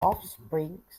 offspring